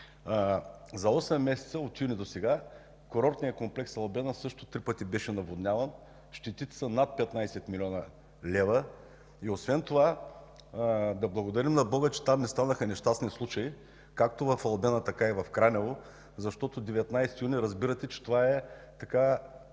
осем месеца, от юни досега, курортния комплекс „Албена” също три пъти беше наводняван. Щетите са над 15 млн. лв. Освен това да благодарим на Бога, че там не станаха нещастни случаи, както в „Албена”, така и в Кранево, защото 19 юни, разбирате, че това е в